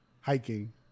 Hiking